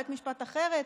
בית משפט אחרת.